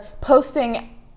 posting